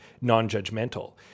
non-judgmental